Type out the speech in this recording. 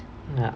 ya